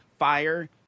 fire